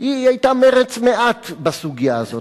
היא היתה מרץ מעט בסוגיה הזאת.